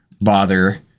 bother